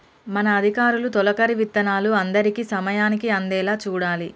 మన అధికారులు తొలకరి విత్తనాలు అందరికీ సమయానికి అందేలా చూడాలి